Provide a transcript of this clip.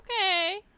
Okay